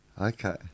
okay